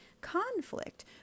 conflict